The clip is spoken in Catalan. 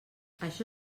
això